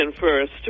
first